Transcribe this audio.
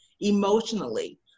emotionally